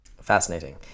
Fascinating